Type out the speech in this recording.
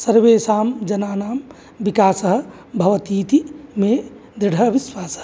सर्वेषां जनानां विकासः भवति इति मे दृढः विश्वासः